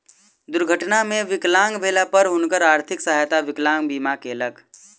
दुर्घटना मे विकलांग भेला पर हुनकर आर्थिक सहायता विकलांग बीमा केलक